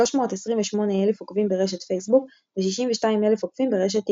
328 אלף עוקבים ברשת פייסבוק ו-62 אלף עוקבים ברשת טיקטוק.